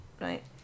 right